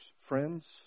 friends